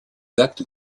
actes